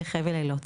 בחבל איילות.